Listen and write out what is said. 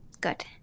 Good